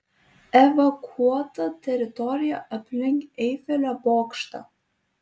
evakuota teritorija aplink eifelio bokštą